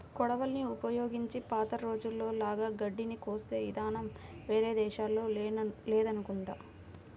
కొడవళ్ళని ఉపయోగించి పాత రోజుల్లో లాగా గడ్డిని కోసే ఇదానం వేరే దేశాల్లో లేదనుకుంటా